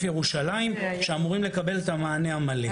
ירושלים שאמורים לקבל את המענה המלא.